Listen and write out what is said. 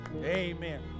Amen